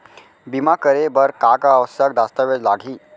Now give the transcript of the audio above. बीमा करे बर का का आवश्यक दस्तावेज लागही